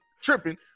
tripping